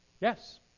yes